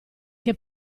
che